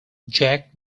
jack